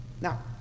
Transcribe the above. Now